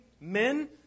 men